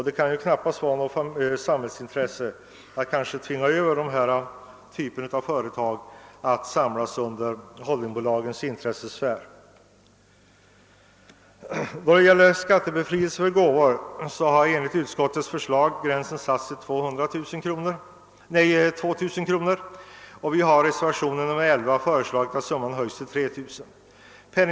Det kan knappast vara något samhälls intresse att tvinga in denna typ av företag i holdingbolagens intressesfär. Gränsen för skattebefrielse för gåvor har enligt utskottets förslag satts till 2 000 kr. I reservationen 11 föreslås att den summan skall höjas till 3 000 kr.